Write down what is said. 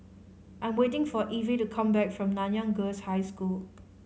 I'm waiting for Evie to come back from Nanyang Girls' High School